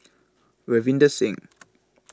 Ravinder Singh